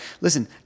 Listen